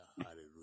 Hallelujah